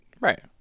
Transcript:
Right